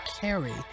carry